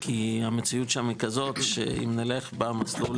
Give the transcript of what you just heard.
כי המציאות שם היא כזו שאם נלך במסלול